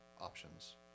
options